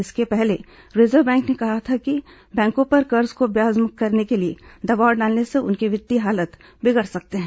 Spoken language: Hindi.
इससे पहले रिजर्व बैंक ने कहा था कि बैंको पर कर्ज को ब्याज मुक्त करने के लिए दबाव डालने से उनके वित्तीय हालात बिगड़ सकते हैं